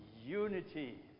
unity